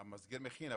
המסגר מכין,